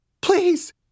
Please